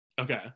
Okay